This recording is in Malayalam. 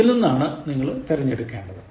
ഇതിൽ നിന്നാണ് നിങ്ങൾ തിരഞ്ഞെടുക്കേണ്ടത്